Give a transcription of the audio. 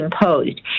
imposed